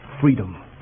Freedom